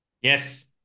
Yes